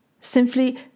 simply